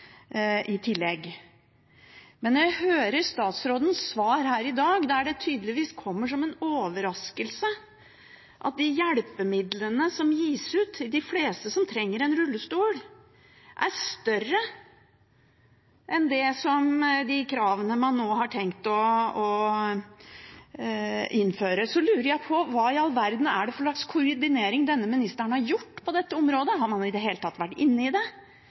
i tillegg. Men når jeg hører statsrådens svar her i dag, der det tydeligvis kommer som en overraskelse at de hjelpemidlene som gis ut til de fleste som trenger en rullestol, er større enn de kravene man nå har tenkt å innføre, lurer jeg på: Hva i all verden er det for slags koordinering denne ministeren har gjort på dette området? Har man i det hele tatt vært inne i det?